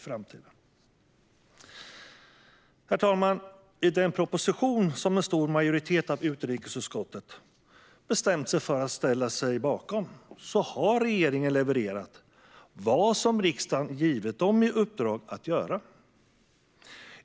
Herr talman! I den proposition som en stor majoritet i utrikesutskottet bestämt sig för att ställa sig bakom har regeringen levererat det riksdagen givit den i uppdrag att göra.